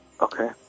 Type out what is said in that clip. okay